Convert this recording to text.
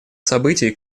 событий